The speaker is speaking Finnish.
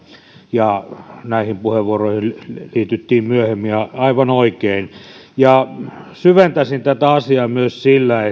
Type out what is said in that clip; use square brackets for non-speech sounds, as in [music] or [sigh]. ja näihin puheenvuoroihin liityttiin myöhemmin ja aivan oikein syventäisin tätä asiaa myös sillä [unintelligible]